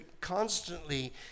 constantly